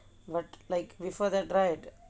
but like before that right